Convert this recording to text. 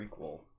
prequel